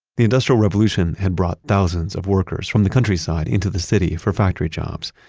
the industrial revolution had brought thousands of workers from the countryside into the city for factory jobs.